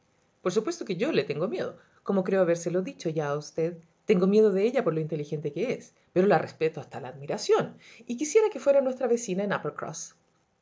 por supuesto que yo le tengo miedo como creo habérselo dicho ya a usted tengo miedo de ella por lo inteligente que es pero la respeto hasta la admiración y quisiera que fuera nuestra vecina en